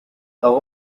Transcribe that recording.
aho